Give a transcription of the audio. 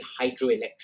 hydroelectric